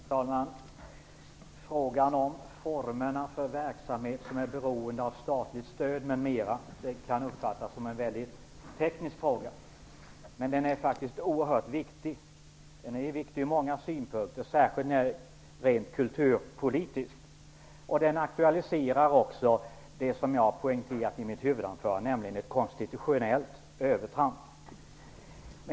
Herr talman! Frågan om formerna för verksamhet som är beroende av statligt stöd m.m. kan uppfattas som en väldigt teknisk fråga, men den är oerhört viktig. Den är viktig ur många synpunkter, särskilt rent kulturpolitiskt. Den aktualiserar också det som jag poängterat i mitt huvudanförande, nämligen ett konstitutionellt övertramp.